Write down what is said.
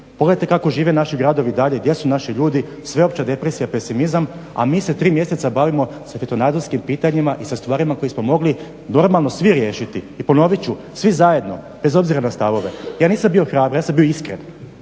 Pogledate kako žive naši gradovi dalje, gdje su naši ljudi? Sveopća depresija, pesimizam, a mi se tri mjeseca bavimo svjetonazorskim pitanjima i sa stvarima koje smo mogli normalno svi riješiti. I ponovit ću svi zajedno bez obzira na stavove, ja nisam bio hrabar ja sam bio iskren